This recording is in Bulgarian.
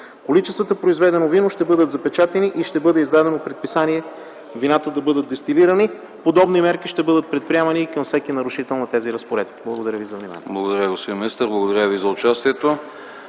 Количествата произведено вино ще бъдат запечатани и ще бъде издадено предписание вината да бъдат дестилирани. Подобни мерки ще бъдат предприемани и към всеки нарушител на тези разпоредби. Благодаря ви за вниманието.